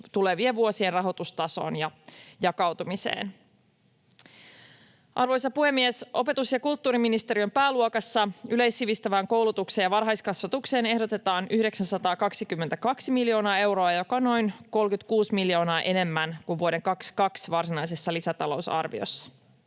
tulevien vuosien rahoitustason jakautumiseen. Arvoisa puhemies! Opetus- ja kulttuuriministeriön pääluokassa yleissivistävään koulutukseen ja varhaiskasvatukseen ehdotetaan 922 miljoonaa euroa, joka on noin 36 miljoonaa enemmän kuin vuoden 22 varsinaisessa talousarviossa.